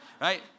Right